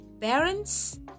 Parents